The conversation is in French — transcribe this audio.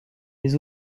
les